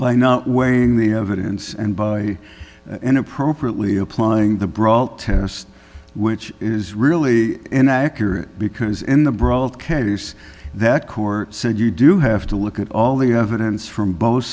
by not weighing the evidence and by and appropriately applying the brawl test which is really an accurate because in the broad case that court said you do have to look at all the evidence from both